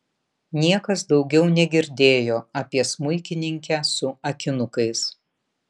niekas daugiau negirdėjo apie smuikininkę su akinukais